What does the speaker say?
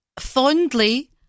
Fondly